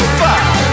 fire